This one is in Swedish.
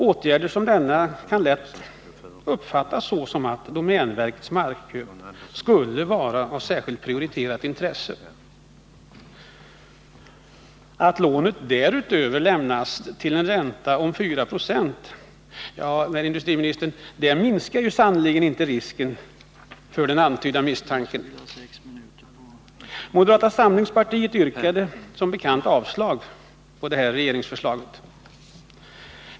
Åtgärder som denna kan lätt uppfattas som att domänverkets markköp skulle vara av särskilt prioriterat intresse. Att lånet dessutom lämnas till en ränta på 426 minskar sannerligen inte, herr industriminister, den antydda misstanken. Moderata samlingspartiet yrkade som bekant avslag på det här regeringsförslaget.